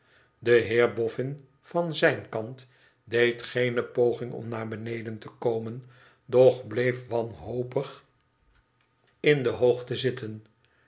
de heer boffin van zijn kant deed geene poging om naar beneden te komen doch bleef wanhopig in de hoogte zitten